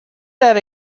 that